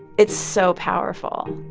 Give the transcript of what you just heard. it's so powerful,